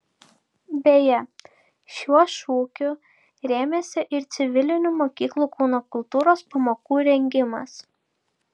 beje šiuo šūkiu rėmėsi ir civilinių mokyklų kūno kultūros pamokų rengimas